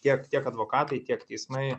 tiek tiek advokatai tiek teismai